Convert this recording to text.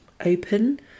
open